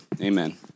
amen